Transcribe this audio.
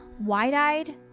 wide-eyed